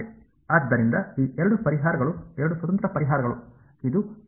ಆದ್ದರಿಂದ ಈ ಎರಡು ಪರಿಹಾರಗಳು ಎರಡು ಸ್ವತಂತ್ರ ಪರಿಹಾರಗಳು ಇದು ಮತ್ತು